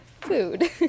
food